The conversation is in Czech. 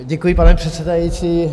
Děkuji, pane předsedající.